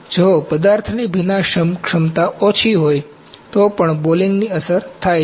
જો સામગ્રીની ભીનાશ ક્ષમતા ઓછી હોય તો પણ બોલિંગ થાય છે